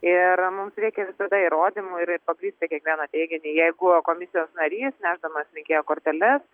ir mums reikia visada įrodymų ir pagrįsti kiekvieną teiginį jeigu komisijos narys nešdamas rinkėjo korteles